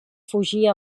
fugir